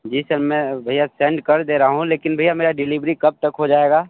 मैं भैया सेंड कर दे रहा हूँ लेकिन भैया मेरा डिलीवरी कब तक हो जाएगा